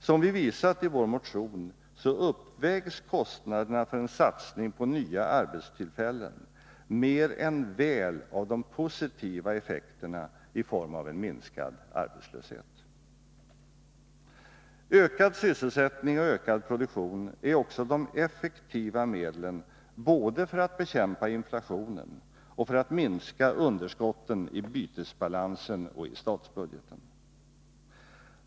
Som vi visat i vår motion uppvägs kostnaderna för en satsning på nya arbetstillfällen mer än väl av de positiva effekterna i form av en minskad arbetslöshet. Ökad sysselsättning och ökad produktion är också de effektiva medlen både för att bekämpa inflationen och för att minska underskotten i bytesbalansen och i statsbudgeten.